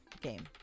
Game